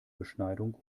beschneidung